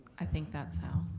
i think that's how.